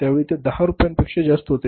त्यावेळी ते 10 रुपयांपेक्षा जास्त होते